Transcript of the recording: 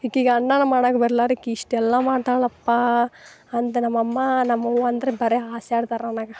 ಈಕಿಗೆ ಅನ್ನವನ್ನು ಮಾಡಕ್ ಬರ್ಲಾರ ಈಕಿ ಇಷ್ಟೆಲ್ಲ ಮಾಡ್ತಾಳಲ್ಲಪ್ಪಾ ಅಂತ ನಮ್ಮಮ್ಮ ನಮ್ಮವ್ವಾಂದ್ರೆ ಬರಿ ಹಾಸ್ಯ ಆಡ್ತಾರೆ ನನಗೆ